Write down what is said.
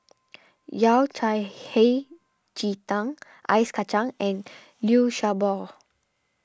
Yao Cai Hei Ji Tang Ice Kacang and Liu Sha Bao